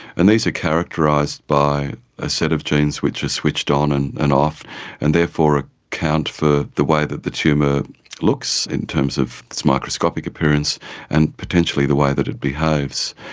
and these are characterised by a set of genes which are switched on and and off and therefore ah account for the way that the tumour looks in terms of its microscopic appearance and potentially the way that it behaves.